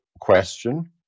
question